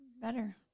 better